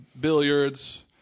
Billiards